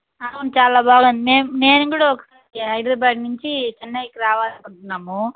అవును చాలా బాగుంది మేము నేను కూడా ఒకసారి హైదరాబాదు నుంచి చెన్నైకి రావాలనుకుంటున్నాము